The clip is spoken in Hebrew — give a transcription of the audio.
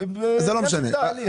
זה לא משנה.